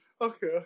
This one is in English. okay